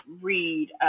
read